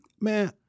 Man